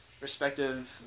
respective